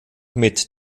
mit